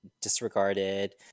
disregarded